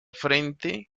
frente